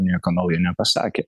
nieko naujo nepasakė